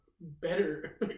better